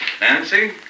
Nancy